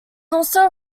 also